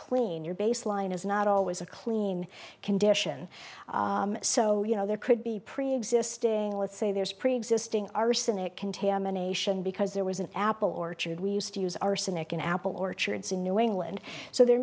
clean your baseline is not always a clean condition so you know there could be preexisting let's say there's preexisting arsenic contamination because there was an apple orchard we used to use arsenic in apple orchards in new england so there